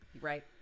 Right